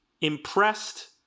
impressed